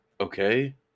Okay